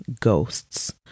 ghosts